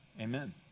Amen